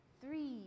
three